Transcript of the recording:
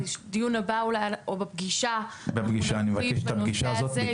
בדיון הבא או בפגישה נרחיב בנושא הזה.